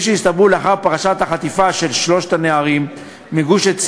כפי שהסתברו לאחר פרשת החטיפה של שלושת הנערים בגוש-עציון,